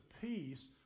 peace